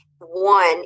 One